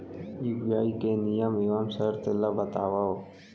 UPI के नियम एवं शर्त ला बतावव